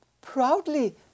proudly